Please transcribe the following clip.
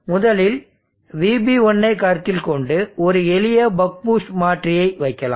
முதலில் VB1 ஐ கருத்தில் கொண்டு ஒரு எளிய பக் பூஸ்ட் மாற்றியை வைக்கலாம்